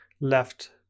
left